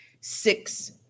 six